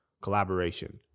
collaboration